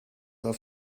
auf